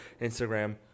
Instagram